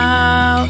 Now